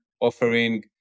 offering